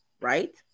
right